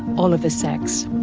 oliver sacks.